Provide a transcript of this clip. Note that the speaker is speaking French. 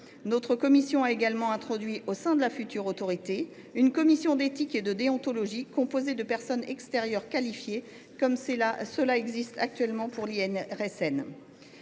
Notre commission a également introduit au sein de la future autorité une commission d’éthique et de déontologie composée de personnes extérieures qualifiées, comme cela existe actuellement pour l’IRSN.